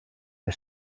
que